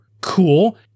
Cool